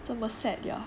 这么 sad [liao]